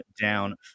down